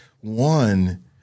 one